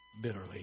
bitterly